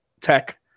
tech